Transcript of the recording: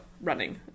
Running